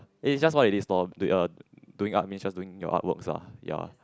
it is just what it is lor uh doing art just means doing your artworks lah ya